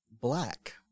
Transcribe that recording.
Black